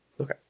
Okay